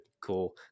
cool